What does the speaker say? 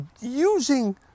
using